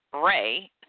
Ray